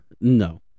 No